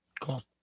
Cool